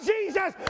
Jesus